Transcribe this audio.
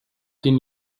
den